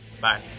Bye